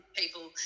people